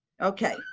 okay